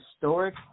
historic